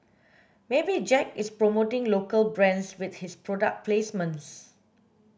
maybe Jack is promoting local brands with his product placements